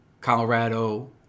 colorado